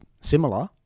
similar